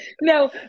no